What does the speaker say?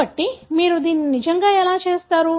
కాబట్టి మీరు దీన్ని నిజంగా ఎలా చేస్తారు